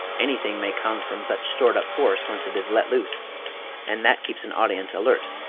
anything may come from such stored-up force once it is let loose and that keeps an audience alert,